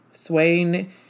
swaying